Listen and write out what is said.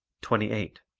twenty eight.